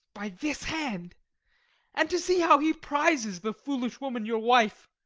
by this hand and to see how he prizes the foolish woman your wife!